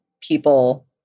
people